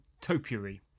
topiary